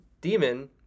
demon